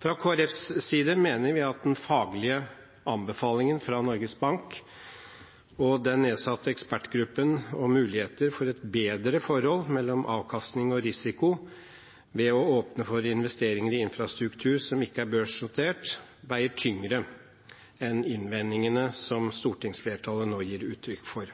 Fra Kristelig Folkepartis side mener vi at den faglige anbefalingen fra Norges Bank og den nedsatte ekspertgruppen om muligheter for et bedre forhold mellom avkastning og risiko ved å åpne for investeringer i infrastruktur som ikke er børsnotert, veier tyngre enn innvendingene som stortingsflertallet nå gir uttrykk for.